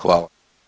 Hvala.